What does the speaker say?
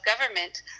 government